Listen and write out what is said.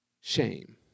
shame